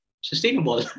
sustainable